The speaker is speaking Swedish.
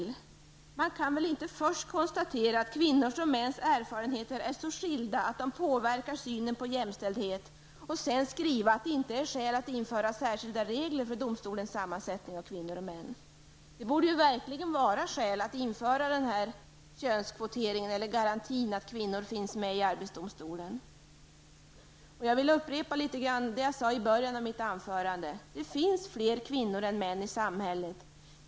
Man kan väl inte först konstatera att kvinnors och mäns erfarenheter är så skilda att de påverkar synen på jämställdhet, och sedan skriva att det inte finns skäl att införa särskilda regler för domstolens sammansättning av kvinnor och män! Det borde verkligen vara skäl att införa en garanti för att kvinnor finns med i arbetsdomstolen! Jag vill upprepa det jag sade i början av mitt anförande: Det finns fler kvinnor än män i samhället.